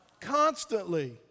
Constantly